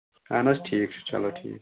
اَہن حظ ٹھیٖک چھُ چلو ٹھیٖک